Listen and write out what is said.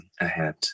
ahead